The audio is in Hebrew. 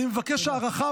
אני מבקש הארכה,